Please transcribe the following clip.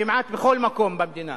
כמעט בכל מקום במדינה.